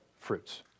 fruits